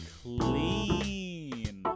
clean